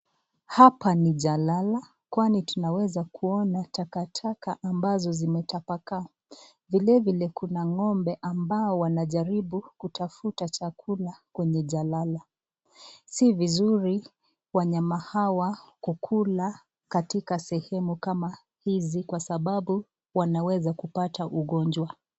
Hapa ni jalala kwani tunaweza kuona takataka ambazo zimetapakaa, vilevile kuna ng'ombe ambao wanajaribu kitafuta chakula kwenye jalala, si vizuri wanyama hawa kukula katika sehemu kama hizi kwa sababu wanaweza kupata ugonjwa.